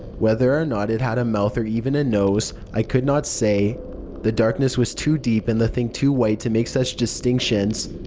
whether or not it had a mouth or even a nose, i could not say the darkness was too deep and the thing too white to make such distinctions.